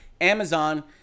Amazon